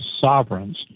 sovereigns